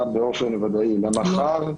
הפריסה באופן ודאי למחר,